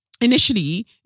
initially